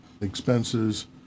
expenses